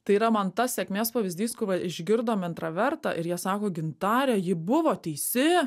tai yra man tas sėkmės pavyzdys kur išgirdom intravertą ir jie sako gintare ji buvo teisi